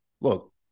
Look